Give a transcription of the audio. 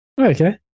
Okay